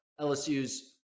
LSU's